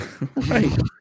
Right